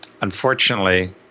Unfortunately